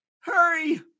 hurry